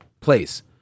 place